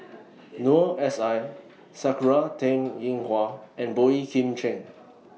Noor S I Sakura Teng Ying Hua and Boey Kim Cheng